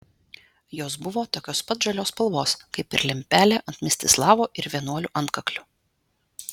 jos buvo tokios pat žalios spalvos kaip ir lempelė ant mstislavo ir vienuolių antkaklių